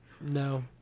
No